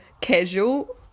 casual